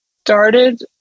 started